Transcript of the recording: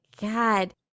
god